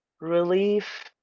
relief